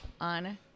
on